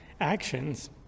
actions